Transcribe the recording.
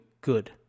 good